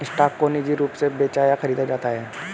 stock को निजी रूप से बेचा या खरीदा जाता है